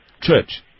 Church